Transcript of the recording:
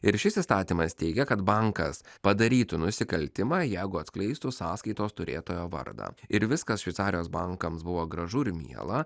ir šis įstatymas teigia kad bankas padarytų nusikaltimą jeigu atskleistų sąskaitos turėtojo vardą ir viskas šveicarijos bankams buvo gražu ir miela